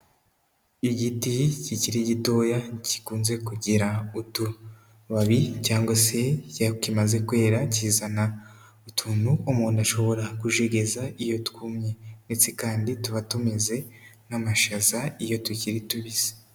Igiti kikiri gitoya gikunze kugira utubabi cyangwa se iyo kimaze kwera kizana utuntu, umuntu ashobora kujegeza iyo twumye ndetse kandi tuba tumeze nk'amashaza iyo tukiri tubisi.